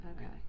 Okay